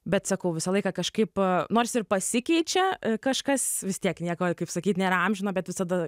bet sakau visą laiką kažkaip nors ir pasikeičia kažkas vis tiek nieko kaip sakyt nėra amžino bet visada